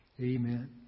Amen